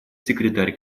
секретарь